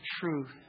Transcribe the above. truth